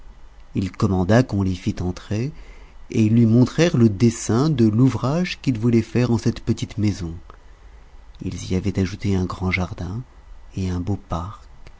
il commanda qu'on les fit entrer et ils lui montrèrent le dessein de l'ouvrage qu'ils voulaient faire en cette petite maison ils y avaient ajouté un grand jardin et un beau parc